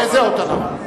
באיזה אות אנחנו?